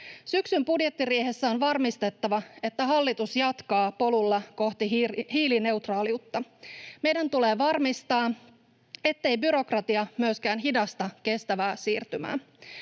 Syksyn budjettiriihessä on varmistettava, että hallitus jatkaa polulla kohti hiilineutraaliutta. Meidän tulee varmistaa, ettei byrokratia myöskään hidasta kestävää siirtymää.